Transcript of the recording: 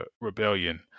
rebellion